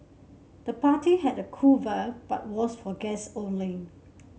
the party had a cool vibe but was for guests only